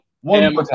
One